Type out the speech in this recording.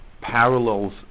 parallels